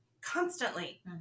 constantly